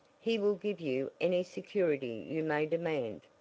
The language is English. he will give you any security you may demand.